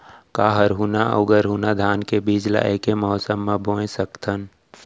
का हरहुना अऊ गरहुना धान के बीज ला ऐके मौसम मा बोए सकथन?